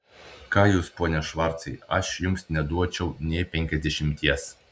ką jūs pone švarcai aš jums neduočiau nė penkiasdešimties